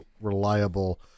reliable